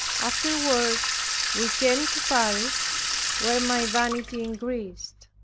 afterward we came to paris where my vanity increased.